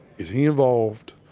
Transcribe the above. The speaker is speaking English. is he involved?